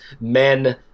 men